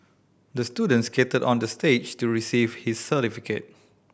the student skated onto the stage to receive his certificate